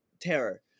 terror